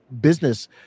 business